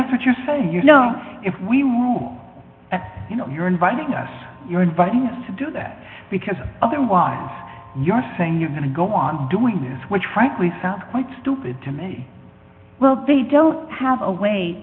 that's what you're saying you know if we move at you know you're inviting us you're inviting us to do that because otherwise you're saying you're going to go on doing this which frankly sounds quite stupid to me well they don't have a way